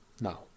Now